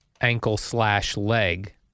ankle-slash-leg